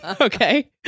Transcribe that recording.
okay